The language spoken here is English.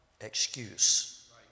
excuse